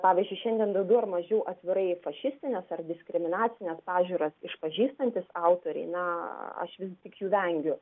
pavyzdžiui šiandien daugiau ar mažiau atvirai fašistines ar diskriminacines pažiūras išpažįstantis autoriai na aš vis tik jų vengiu